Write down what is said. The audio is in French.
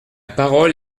parole